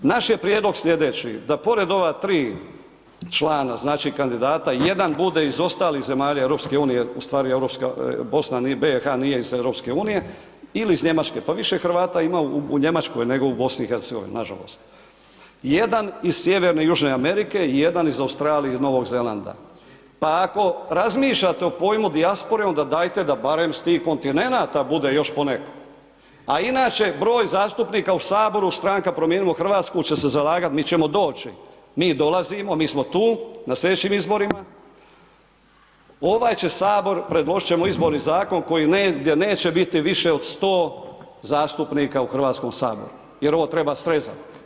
Naš je prijedlog slijedeći, da pored ova tri člana, znači kandidata, jedan bude iz ostalih zemalja EU, u stvari BiH nije iz EU, ili iz Njemačke, pa više Hrvata ima u Njemačkoj nego u BiH, nažalost, jedan iz Sjeverne i Južne Amerike, jedan iz Australije i Novog Zelanda, pa ako razmišljate o pojmu dijaspore onda dajte da barem s tih kontinenata bude još po neko, a inače broj zastupnika u HS Stranka promijenimo Hrvatsku će se zalagat, mi ćemo doći, mi dolazimo, mi smo tu na slijedećim izborima, ovaj će HS, predložit ćemo izborni zakon gdje neće biti više od 100 zastupnika u HS, jer ovo treba srezat.